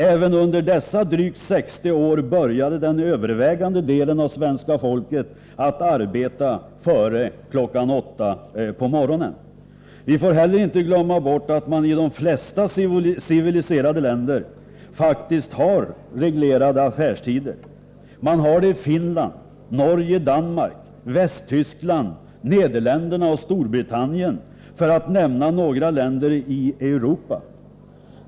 Även under dessa drygt 60 år började den övervägande delen av svenska folket att arbeta före kl. 8 på morgonen. Vi får inte heller glömma bort att man i de flesta civiliserade länder faktiskt har reglerade affärstider. Man har det i Finland, Norge, Danmark, Västtyskland, Nederländerna och Storbritannien, för att nämna några länder i Europa.